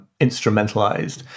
instrumentalized